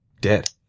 dead